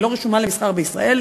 היא לא רשומה למסחר בישראל,